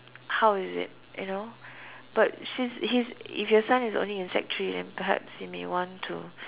how is it you know but she's he's if your son is only in sec three then perhaps he may want to